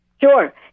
Sure